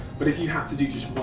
but if you had to do just